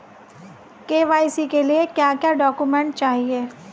KYC के लिए क्या क्या डॉक्यूमेंट चाहिए?